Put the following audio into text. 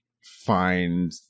find